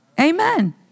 Amen